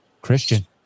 Christian